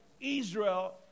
Israel